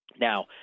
Now